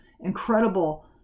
incredible